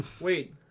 wait